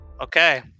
okay